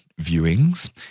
viewings